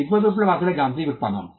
শিল্প বিপ্লব আসলে যান্ত্রিক উত্পাদন